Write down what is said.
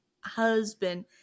husband